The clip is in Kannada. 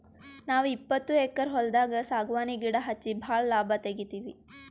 ನಾವ್ ಇಪ್ಪತ್ತು ಎಕ್ಕರ್ ಹೊಲ್ದಾಗ್ ಸಾಗವಾನಿ ಗಿಡಾ ಹಚ್ಚಿ ಭಾಳ್ ಲಾಭ ತೆಗಿತೀವಿ